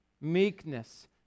meekness